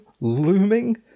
Looming